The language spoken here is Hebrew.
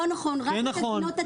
לא נכון, רק הגבינות הטריות.